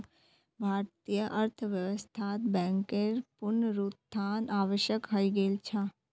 भारतीय अर्थव्यवस्थात बैंकेर पुनरुत्थान आवश्यक हइ गेल छ